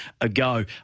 ago